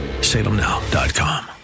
SalemNow.com